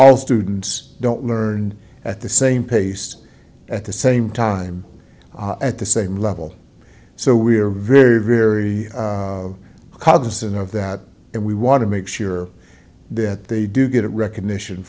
all students don't learn at the same pace at the same time at the same level so we are very very cognizant of that and we want to make sure that they do get recognition